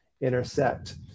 intersect